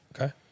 Okay